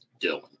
Dylan